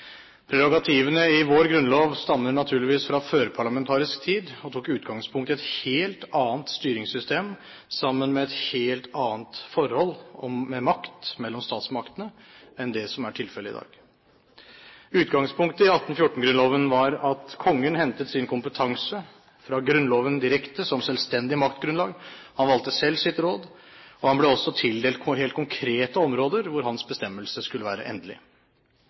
Prerogativene i vår grunnlov stammer naturligvis fra førparlamentarisk tid, og tok utgangspunkt i et helt annet styringssystem sammen med et helt annet maktforhold mellom statsmaktene enn det som er tilfellet i dag. Utgangspunktet i 1814-grunnloven var at Kongen hentet sin kompetanse fra Grunnloven direkte som selvstendig maktgrunnlag. Han valgte selv sitt råd, og han ble også tildelt helt konkrete områder hvor hans bestemmelse skulle være endelig.